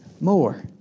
more